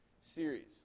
series